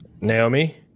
Naomi